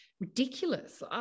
Ridiculous